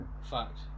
fact